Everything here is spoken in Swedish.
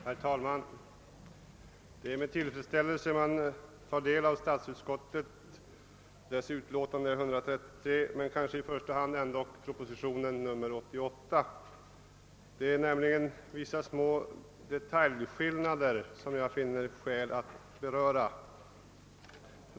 Herr talman! Det är med tillfredsställelse man tar del av statsutskottets utlåtande nr 133, och kanske med ännu större tillfredsställelse man hälsar propositionen 88. Det föreligger nämligen mellan utskottsutlåtandet och propositionen vissa små detaljskillnader som jag finner skäl att beröra.